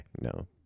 no